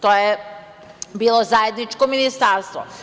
To je bilo zajedničko ministarstvo.